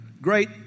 Great